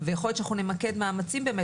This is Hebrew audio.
ויכול להיות שאנחנו נמקד מאמצים באמת,